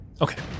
Okay